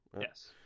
Yes